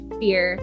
fear